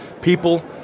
People